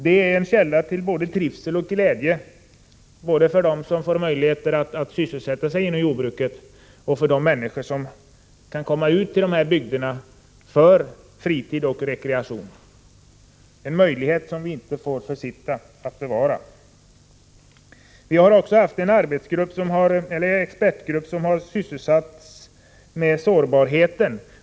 Det är en källa till trivsel och glädje både för dem som på detta sätt får möjlighet att sysselsätta sig inom jordbruket och för dem som nu kan komma ut i bygderna för rekreation — en möjlighet som vi inte får underlåta att bevara. Vi har också haft en expertgrupp som sysslat med frågor rörande sårbarhet.